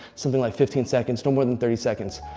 something like fifteen seconds. no more than thirty seconds.